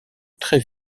très